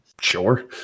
Sure